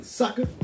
sucker